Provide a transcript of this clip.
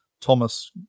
Thomas